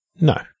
No